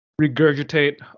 regurgitate